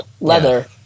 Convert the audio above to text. leather